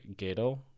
Gato